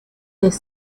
des